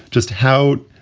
just how?